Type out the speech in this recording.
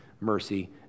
mercy